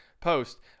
post